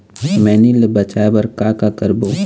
मैनी ले बचाए बर का का करबो?